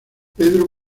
pedro